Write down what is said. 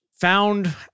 found